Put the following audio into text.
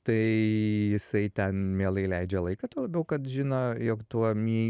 tai jisai ten mielai leidžia laiką tuo labiau kad žino jog tuom jį